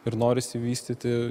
ir norisi vystyti